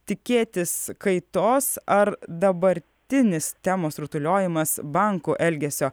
tikėtis kaitos ar dabartinis temos rutuliojimas bankų elgesio